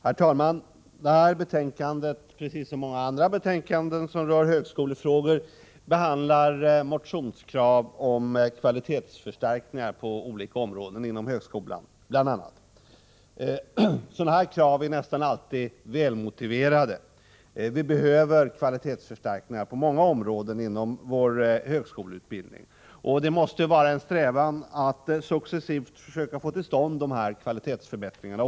Herr talman! Det här betänkandet behandlar, liksom så många andra betänkanden som rör högskolefrågor, motionskrav om kvalitetsförstärkningar på olika områden inom bl.a. högskolan. Sådana krav är nästan alltid välmotiverade. Vi behöver kvalitetsförstärkningar på många områden inom vår högskoleutbildning. Det måste vara en strävan att successivt också försöka få till stånd de kvalitetsförbättringarna.